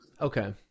Okay